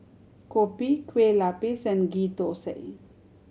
kopi Kueh Lapis and Ghee Thosai